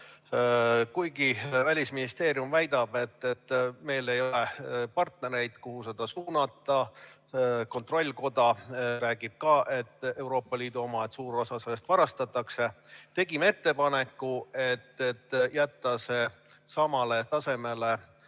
kohta. Välisministeerium väidab, et meil ei ole partnereid, kuhu seda suunata, kontrollikoda räägib ka, Euroopa Liidu oma, et suur osa sellest varastatakse. Tegime ettepaneku jätta see samale tasemele